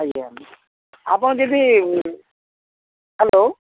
ଆଜ୍ଞା ଆପଣ ଯଦି ହ୍ୟାଲୋ